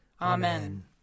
Amen